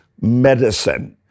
medicine